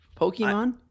Pokemon